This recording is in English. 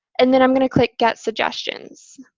and then i'm going to click get suggestions.